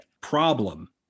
problem